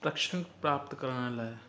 प्रक्शण प्राप्त करण लाइ